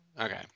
Okay